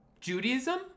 judaism